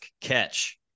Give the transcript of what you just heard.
catch